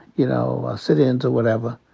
you know, sit-ins or whatever.